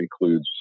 includes